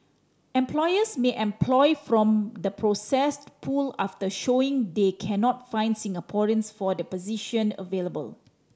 employers may employ from the processed pool after showing they cannot find Singaporeans for the position available